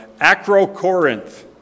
Acro-Corinth